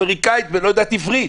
אמריקאית ולא יודעת עברית.